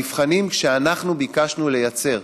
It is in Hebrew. במבחנים שאנחנו ביקשנו לייצר